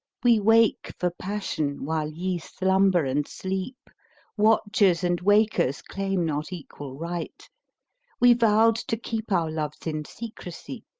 we wake for passion while ye slumber and sleep watchers and wakers claim not equal right we vowed to keep our loves in secrecy,